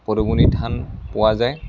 পদুমণি থান পোৱা যায়